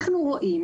אנחנו רואים